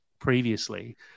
previously